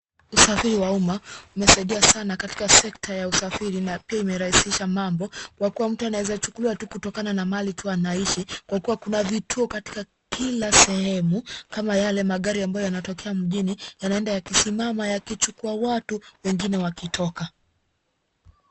Usafiri wa umma umesaidia sana katika sekta ya usafiri na pia imerahisisha mambo kwa kuwa mtu ya naiza chukulua tu kutokana na mali tu anaishi kwa kuwa kuna vituo katika kila sehemu kama yale magari ambayo yanatokea mjini yanaenda yakisimama yakichukua watu wengine wakitoka.